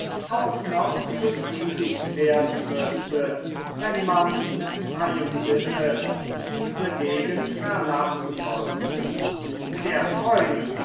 auch noch befriedigt werden müsse wenn man mit freiem sinne diese gegend verlassen wollte der freund